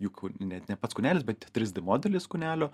juk net ne pats kūnelis bet trys d modelis kūnelio